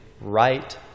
right